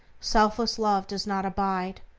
selfless love does not abide.